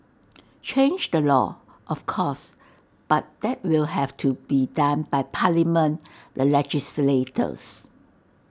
change the law of course but that will have to be done by parliament the legislators